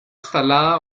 instalada